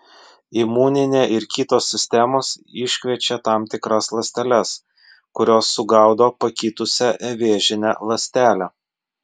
imuninė ir kitos sistemos iškviečia tam tikras ląsteles kurios sugaudo pakitusią vėžinę ląstelę